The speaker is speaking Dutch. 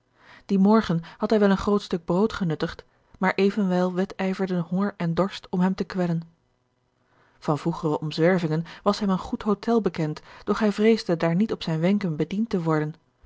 dien morgen had hij wel een groot stuk brood genuttigd maar evenwel wedijverden honger en dorst om hem te kwellen van vroegere omzwervingen was hem een goed hôtel bekend doch hij vreesde daar niet op zijne wenken bediend te worden